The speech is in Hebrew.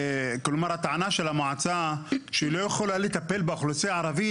הטענה של המועצה שהיא לא יכולה לטפל באוכלוסייה הערבית,